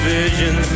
vision